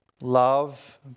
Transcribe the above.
Love